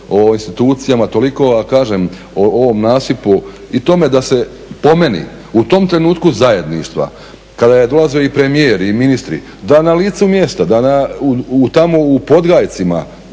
o institucijama toliko a kažem o ovom nasipu i tome da se po meni u tom trenutku zajedništava kada je dolazio i premijer, i ministri da na licu mjesta, da tamo u Podgajcima,